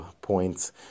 points